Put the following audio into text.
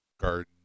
Garden